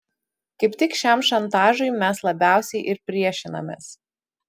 kaip tik šiam šantažui mes labiausiai ir priešinamės